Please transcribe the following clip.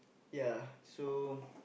ya so